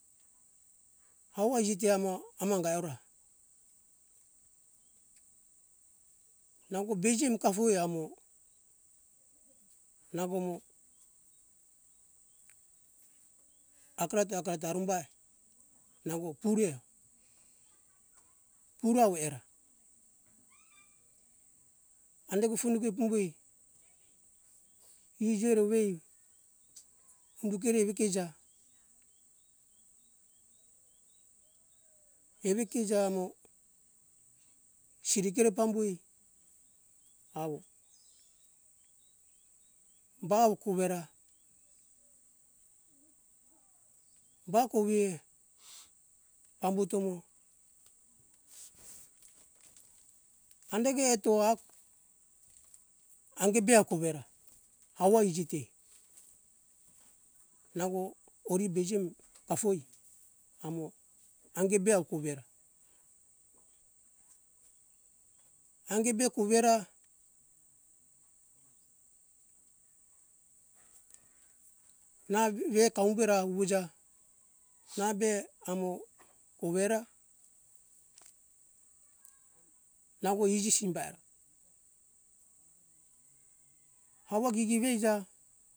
Hauva iji te ama anga eora, nango bei jem kafuoi amo nango mo akareto akareto arumbae nango pure, pure avo era, andake fundake pambuoi i jeora, undukeore evekeu ja, eve kei ja amo sirikeo re pambuoi avo ba awo kove ra ba kovie pambuto mo andake eto ufo amo ange be avo kove ra hauva iji te nango ori bei jem kafu oi amo ame be avo kove ra, ange be kovera na ve kaum bera vu vija na ve amo kove ra nango iji simba era, hauva gigi vei ja